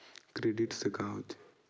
Credit से का होथे?